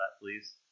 please